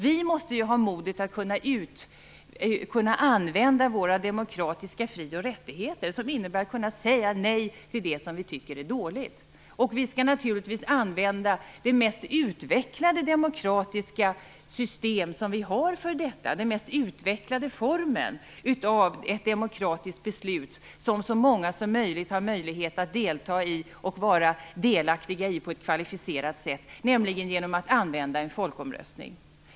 Vi måste ju ha modet att använda våra demokratiska fri och rättigheter, som innebär att kunna säga nej till det vi tycker är dåligt. Och vi skall naturligtvis använda det mest utvecklade demokratiska system vi har för detta, den mest utvecklade formen för ett demokratiskt beslut, där så många som möjligt har möjlighet att delta och vara delaktiga på ett kvalificerat sätt - nämligen en folkomröstning.